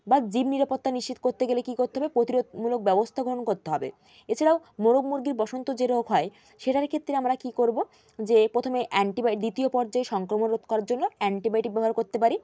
বা জীব নিরাপত্তা নিশ্চিত করতে গেলে কী করতে হবে প্রতিরোধমূলক ব্যবস্থা গ্রহণ করতে হবে এছাড়াও মোরগ মুরগির বসন্ত যে রোগ হয় সেটার ক্ষেত্রে আমরা কী করবো যে প্রথমে অ্যান্টিবায়ো দ্বিতীয় পর্যায়ে সংক্রমণ রোধ করার জন্য অ্যান্টিবায়োটিক ব্যবহার করতে পারি